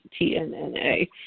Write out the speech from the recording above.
TNNA